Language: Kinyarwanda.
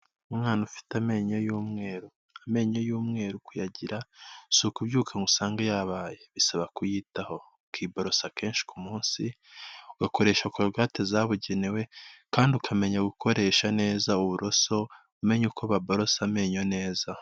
Umwana ufite amenyo y'umweru, amenyo y'umweru kuyagira si ukubyuka ngo usange yabaye, bisaba kuyitaho ukibarosa kenshi ku munsi, ugakoresha Korogate zabugenewe kandi ukamenya gukoresha neza uburoso, umenye uko baborosa amenyo neza.